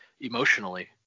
emotionally